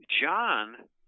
John